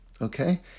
okay